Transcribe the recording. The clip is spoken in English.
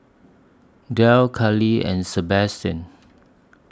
Derl Callie and Sabastian